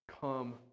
come